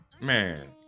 Man